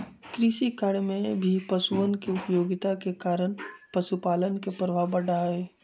कृषिकार्य में भी पशुअन के उपयोगिता के कारण पशुपालन के प्रभाव बढ़ा हई